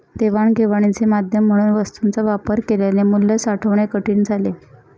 देवाणघेवाणीचे माध्यम म्हणून वस्तूंचा वापर केल्याने मूल्य साठवणे कठीण झाले